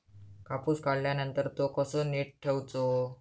कापूस काढल्यानंतर तो कसो नीट ठेवूचो?